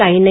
काही नाही